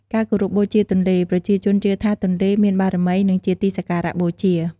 ការគោរពបូជាទន្លេ ប្រជាជនជឿថាទន្លេមានបារមី និងជាទីសក្ការៈបូជា។